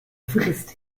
frisst